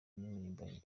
n’impirimbanyi